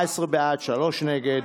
17, 17 בעד, שלושה נגד.